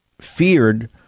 feared